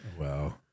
Wow